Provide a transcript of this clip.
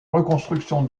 reconstruction